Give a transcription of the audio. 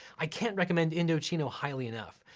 i can't recommend indochino highly enough.